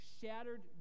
shattered